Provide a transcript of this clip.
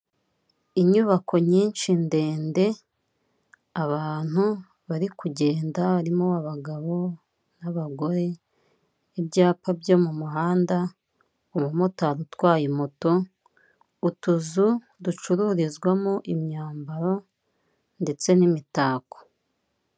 Inyubako nyinshi ndende abantu bari kugenda harimo abagabo n'abagore, ibyapa byo mu muhanda umumotari utwaye moto utuzu ducururizwamo imyambaro ndetse n'imitako.